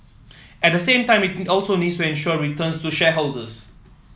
at the same time it also needs to ensure returns to shareholders